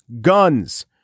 Guns